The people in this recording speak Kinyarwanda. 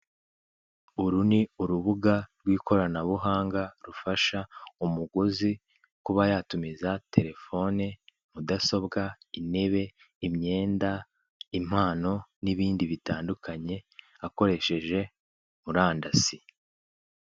Uru ni urubuga rw'ikoranabuhanga rufasha umuguzi kuba yatumiza telefone, mudasobwa, intebe, imyenda, impano, n'ibindi bitandukanye, akoresheje murandasi.